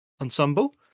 ensemble